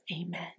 Amen